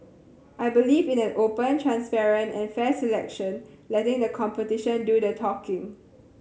I believe in an open transparent and fair selection letting the competition do the talking